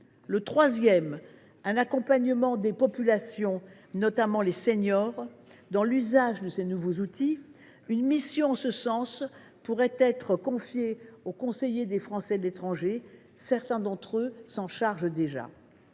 au nécessaire accompagnement des populations, notamment des seniors, dans l’usage de ces nouveaux outils ; une mission en ce sens pourrait être confiée aux conseillers des Français de l’étranger, car certains d’entre eux s’en chargent déjà.